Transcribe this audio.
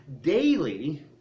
daily